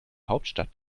hauptstadt